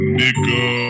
nigga